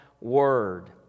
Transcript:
Word